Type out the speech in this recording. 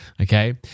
okay